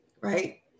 right